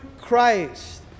Christ